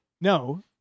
No